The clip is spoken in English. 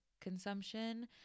consumption